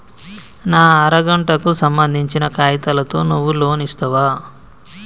నా అర గంటకు సంబందించిన కాగితాలతో నువ్వు లోన్ ఇస్తవా?